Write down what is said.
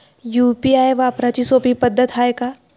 UPI वापराची सोपी पद्धत हाय का?